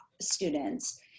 students